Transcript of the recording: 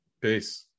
Peace